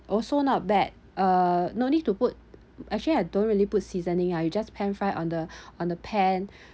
also not bad uh no need to put actually I don't really put seasoning ah I just pan fry on the on the pan